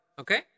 okay